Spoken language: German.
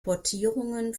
portierungen